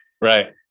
Right